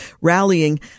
rallying